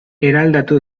eraldatu